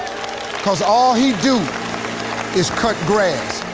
because all he do is cut grass,